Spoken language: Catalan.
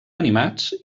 animats